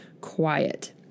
quiet